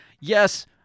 yes